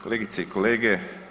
Kolegice i kolege.